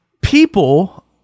people